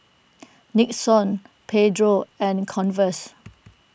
Nixon Pedro and Converse